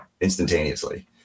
instantaneously